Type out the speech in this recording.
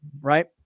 right